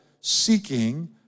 Seeking